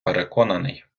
переконаний